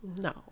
No